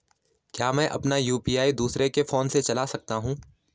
क्या मैं अपना यु.पी.आई दूसरे के फोन से चला सकता हूँ?